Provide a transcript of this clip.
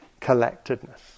collectedness